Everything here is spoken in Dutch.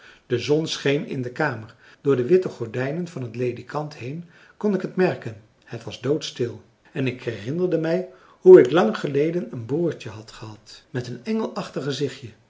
de zon scheen in de kamer door de witte gordijnen van het ledikant heen kon ik het merken het was doodstil en ik herinnerde mij hoe ik lang geleden een broertje had gehad met een engelachtig gezichtje